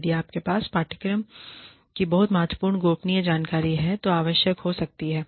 यदि आपके पास पाठ्यक्रम की बहुत महत्वपूर्ण गोपनीय जानकारी है जो आवश्यक हो सकती है